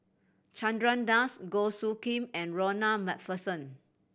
Chandra Das Goh Soo Khim and Ronald Macpherson